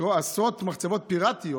עשרות מחצבות פיראטיות,